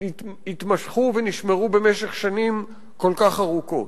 שהתמשכו ונשמרו במשך שנים כל כך ארוכות.